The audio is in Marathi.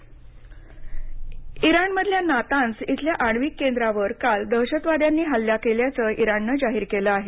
इराण आण्विक केंद्र इराणमधल्या नातान्झ इथल्या आण्विक केंद्रावर काल दहशतवाद्यांनी हल्ला केल्याचं इराणनं जाहीर केलं आहे